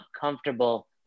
comfortable